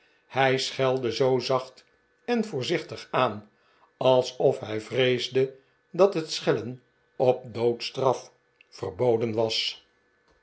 hij schelde zoo zacht en voorzichtig aan alsof hij vreesde dat het schellen op doodstraf verboden was